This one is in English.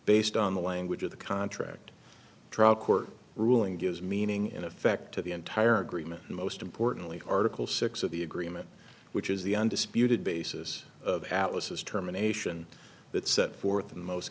based on the language of the contract trial court ruling gives meaning in effect to the entire agreement and most importantly article six of the agreement which is the undisputed basis of alice's terminations that set forth